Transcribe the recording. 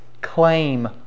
claim